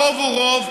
הרוב הוא רוב,